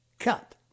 cut